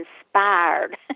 inspired